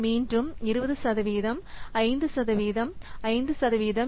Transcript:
மீண்டும் 20 சதவீதம் 5 சதவீதம் 5 சதவீதம்